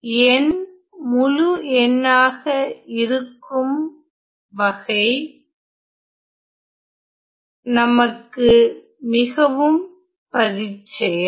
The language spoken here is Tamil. n முழு எண்ணாக இருக்கும் வகை நமக்கு மிகவும் பரிச்சயம்